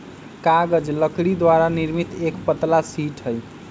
कागज लकड़ी द्वारा निर्मित एक पतला शीट हई